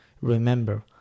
Remember